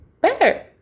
better